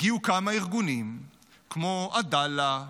הגיעו כמה ארגונים כמו עדאללה,